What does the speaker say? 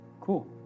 cool